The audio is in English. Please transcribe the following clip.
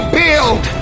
build